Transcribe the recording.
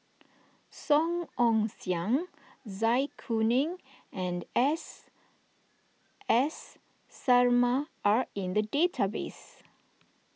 Song Ong Siang Zai Kuning and S S Sarma are in the database